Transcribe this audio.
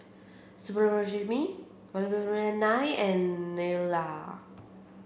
Subbulakshmi Vallabhbhai and Neila